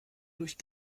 durch